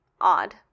odd